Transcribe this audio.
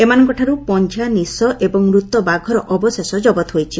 ଏମାନଙ୍ଙଠାରୁ ପଞ୍ଞା ନିଶ ଏବଂ ମୃତ ବାଘର ଅବଶେଷ ଜବତ ହୋଇଛି